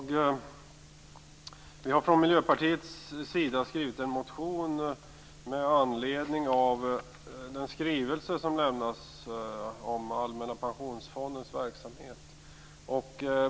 Fru talman! Från Miljöpartiets sida har vi skrivit en motion med anledning av den skrivelse som lämnats om Allmänna pensionsfondens verksamhet.